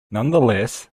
nonetheless